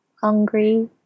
Hungry